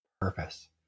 Purpose